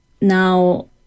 now